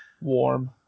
Warm